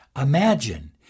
Imagine